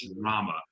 drama